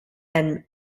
and